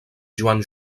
joan